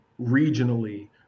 regionally